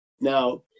Now